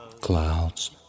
Clouds